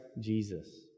Jesus